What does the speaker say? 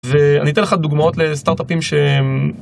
ואני אתן לך דוגמאות לסטארט-אפים שהם...